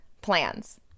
plans